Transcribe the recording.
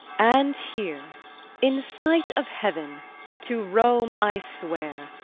and here in sight of heaven to rome i swear,